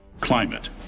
climate